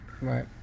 Right